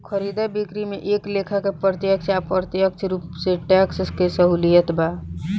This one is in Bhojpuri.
खरीदा बिक्री में एक लेखा के प्रत्यक्ष आ अप्रत्यक्ष रूप से टैक्स के सहूलियत बा